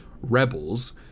rebels